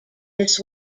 this